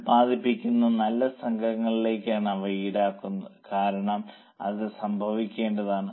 ഉൽപ്പാദിപ്പിക്കുന്ന നല്ല സംഘങ്ങളിലേക്കാണ് അവ ഈടാക്കുന്നത് കാരണം അത് സംഭവിക്കേണ്ടതാണ്